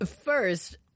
first